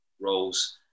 roles